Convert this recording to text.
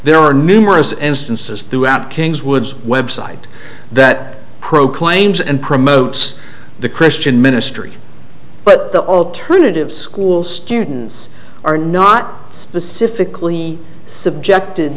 there are numerous instances throughout king's woods website that proclaims and promotes the christian ministry but the alternative school students are not specifically subjected